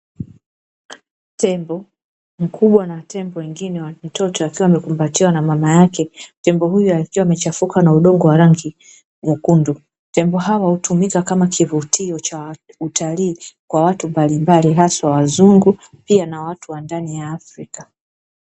Tembo mkubwa na tembo mwengine mtoto wakiwa wamekumbatiwa na mama yake, tembo huyo alikuwa amechafuka na udongo wa rangi nyekundu tembo hawa hutumika kama kivutio cha utalii kwa watu mbalimbali haswa wazungu pia na watu wa ndani ya afrika mashariki.